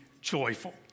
joyful